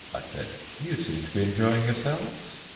i said, you seem to be enjoying yourselves.